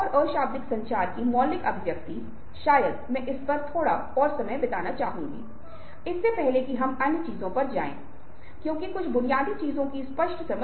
अब मैं आप लोगों के साथ जो बातें साझा करना चाहूंगा वह यह है कि शायद किसी के साथ बातचीत करने का हमारा बहुत अभिप्राय है